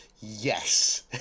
Yes